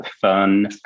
fun